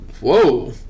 Whoa